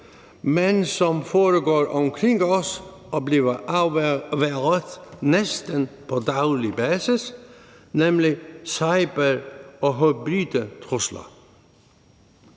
men som foregår omkring os, og som bliver afværget næsten på daglig basis, nemlig cyber- og hybride trusler.